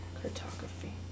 Cartography